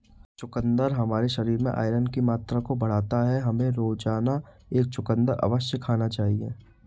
चुकंदर हमारे शरीर में आयरन की मात्रा को बढ़ाता है, हमें रोजाना एक चुकंदर अवश्य खाना चाहिए